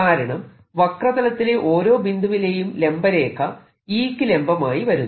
കാരണം വക്രതലത്തിലെ ഓരോ ബിന്ദുവിലേയും ലാംബ രേഖ E യ്ക്കു ലംബമായി വരുന്നു